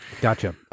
Gotcha